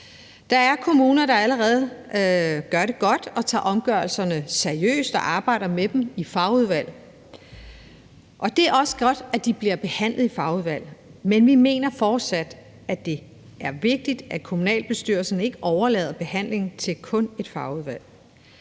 Der er kommuner, der allerede gør det godt og tager omgørelserne seriøst og arbejder med dem i fagudvalg. Det er også godt, at de bliver behandlet i fagudvalg, men vi mener, at det fortsat er vigtigt, at kommunalbestyrelsen ikke overlader behandlingen til kun et fagudvalg.